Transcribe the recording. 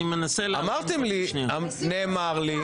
נאמר לי,